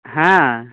ᱦᱮᱸ